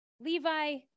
Levi